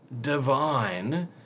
divine